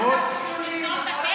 לסתום את הפה?